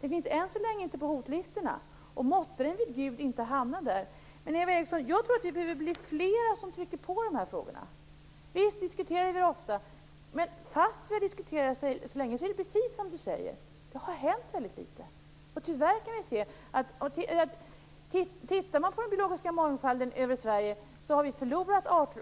Den finns än så länge inte upptagen på listan över hotade arter, och måtte den vid Gud inte hamna där. Jag tror att vi behöver bli fler som trycker på i dessa frågor. Visst diskuterar vi ofta detta, men fastän vi diskuterat detta så länge är det precis som Eva Eriksson säger, att det har hänt väldigt litet. Vi har förlorat arter i Sverige,